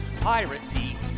Piracy